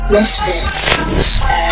Misfit